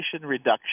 Reduction